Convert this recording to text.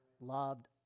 loved